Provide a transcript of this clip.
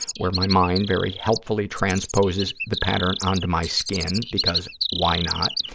where my mind very helpfully transposes the pattern onto my skin because, why not,